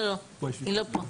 אלינה את מתחילה לדבר?